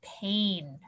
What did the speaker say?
pain